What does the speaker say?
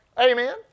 Amen